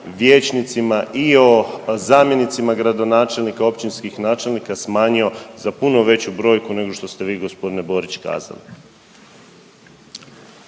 vijećnicima i o zamjenicima gradonačelnika, općinskih načelnika smanjio za puno veću brojku nego što ste vi g. Borić kazali.